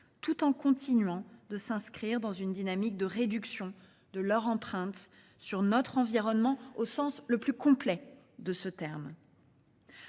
tout en continuant de s'inscrire dans une dynamique de réduction de leur empreinte sur notre environnement au sens le plus complet de ce terme.